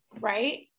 right